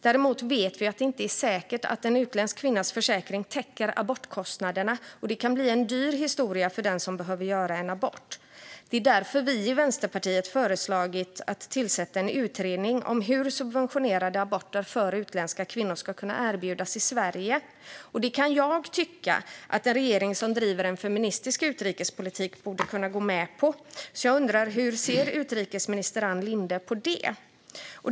Däremot vet vi att det inte är säkert att en utländsk kvinnas försäkring täcker abortkostnaderna, och det kan bli en dyr historia för den som behöver göra en abort. Det är därför vi i Vänsterpartiet föreslagit att det tillsätts en utredning om hur subventionerade aborter för utländska kvinnor ska kunna erbjudas i Sverige. Jag kan tycka att en regering som driver en feministisk utrikespolitik borde kunna gå med på detta. Jag undrar hur utrikesminister Ann Linde ser på det.